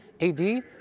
AD